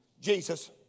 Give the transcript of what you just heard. Jesus